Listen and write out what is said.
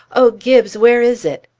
o gibbes, where is it?